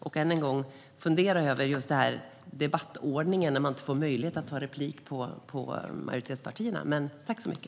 Och än en gång: Fundera över debattordningen där man inte får möjlighet att ta replik på majoritetspartiernas företrädare.